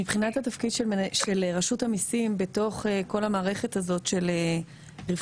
מבחינת התפקיד של רשות המיסים בתוך כל המערכת הזאת של רווחי